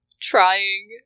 trying